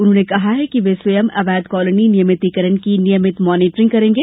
उन्होंने कहा कि वे स्वयं अवैध कॉलोनी नियमितिकरण की नियमित मॉनीटरिंग करेंगे